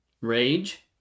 rage